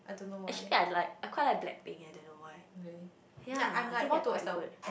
actually I like I quite like Black Pink I don't know why ya I think they're quite good